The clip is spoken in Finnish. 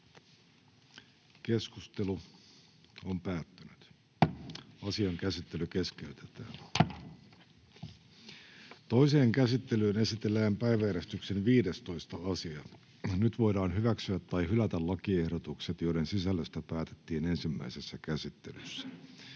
edustaja Suhosen tekemiä esityksiä. Toiseen käsittelyyn esitellään päiväjärjestyksen 18. asia. Nyt voidaan hyväksyä tai hylätä lakiehdotukset, joiden sisällöstä päätettiin ensimmäisessä käsittelyssä.